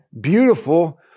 beautiful